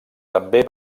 també